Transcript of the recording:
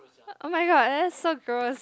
oh-my-god that's so gross